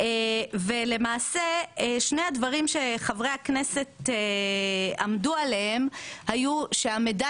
ולמעשה שני הדברים שחברי הכנסת עמדו עליהם היו שהמידע